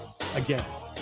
again